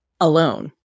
alone